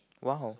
!wow!